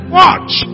watch